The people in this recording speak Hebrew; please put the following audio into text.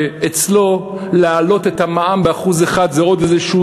אצלו להעלות את המע"מ ב-1% זה עוד איזשהו